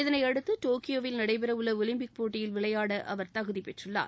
இதனையடுத்து டோக்கியோவில் நடைபெற உள்ள ஒலிம்பிக் போட்டியில் விளையாட அவர் தகுதி பெற்றுள்ளார்